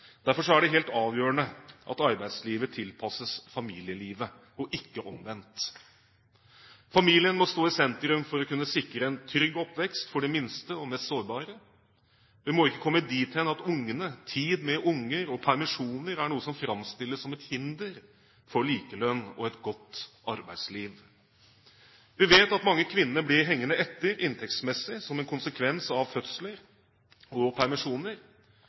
Derfor er det helt avgjørende at arbeidslivet tilpasses familielivet, og ikke omvendt. Familien må stå i sentrum for å kunne sikre en trygg oppvekst for de minste og mest sårbare. Det må ikke komme dit hen at ungene, tid med unger og permisjoner er noe som framstilles som et hinder for likelønn og et godt arbeidsliv. Vi vet at mange kvinner blir hengende etter inntektsmessig som en konsekvens av fødsler og permisjoner.